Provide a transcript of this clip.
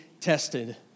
tested